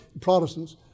Protestants